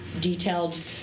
detailed